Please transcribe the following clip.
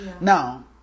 Now